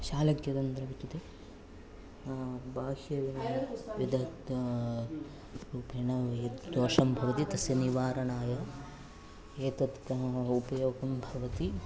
शालक्यतन्त्रम् इत्युक्ते बाह्य विधः रूपेण यद् दोषं भवति तस्य निवारणाय एतस्य उपयोगं भवति